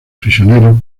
prisioneros